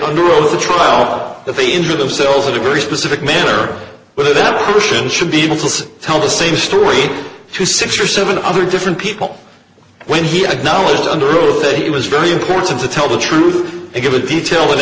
under oath or trial that they injure themselves a very specific manner whether that person should be able to tell the same story to six or seven other different people when he acknowledged under oath that he was very important to tell the truth and give the detail